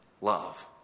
love